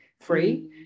free